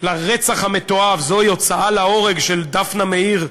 לרצח המתועב זוהי הוצאה להורג, של דפנה מאיר,